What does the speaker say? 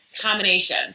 combination